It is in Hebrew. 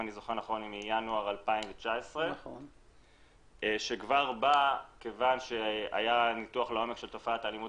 מינואר 2019 כיוון שהיה ניתוח לעומק של תופעת האלימות